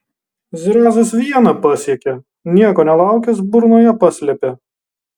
zrazas vieną pasiekė nieko nelaukęs burnoje paslėpė